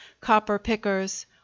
copper-pickers